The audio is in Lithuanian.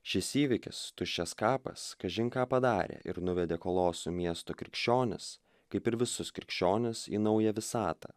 šis įvykis tuščias kapas kažin ką padarė ir nuvedė koloso miesto krikščionis kaip ir visus krikščionis į naują visatą